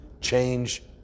change